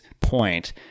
point